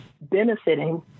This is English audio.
benefiting